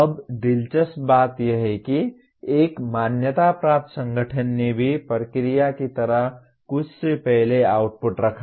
अब दिलचस्प बात यह है कि एक मान्यता प्राप्त संगठन ने भी प्रक्रिया की तरह कुछ से पहले आउटपुट रखा